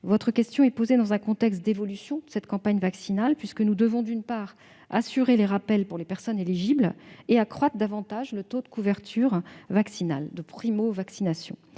Votre question est posée dans un contexte d'évolution de cette campagne vaccinale puisque nous devons, d'une part, assurer les rappels pour les personnes éligibles et, d'autre part, accroître davantage le taux de primo-vaccination.